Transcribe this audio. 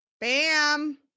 Bam